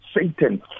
satan